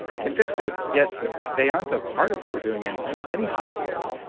can fix this yet they aren't a part of what we're doing in almost any hospital.